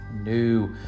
new